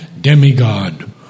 demigod